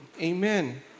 Amen